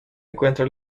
encuentra